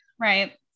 Right